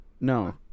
No